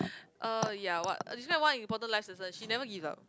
uh ya what describe one important life lesson she never give up